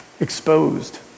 exposed